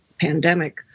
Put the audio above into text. pandemic